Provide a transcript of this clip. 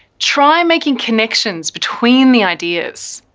try making connections between the ideas.